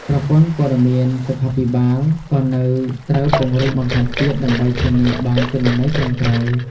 ប្រព័ន្ធព័ត៌មានសុខាភិបាលក៏នៅត្រូវពង្រឹងបន្ថែមទៀតដើម្បីធានាបានទិន្នន័យត្រឹមត្រូវ។